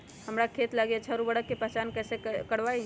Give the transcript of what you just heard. हमार खेत लागी अच्छा उर्वरक के पहचान हम कैसे करवाई?